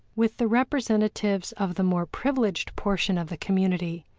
with the representatives of the more privileged portion of the community,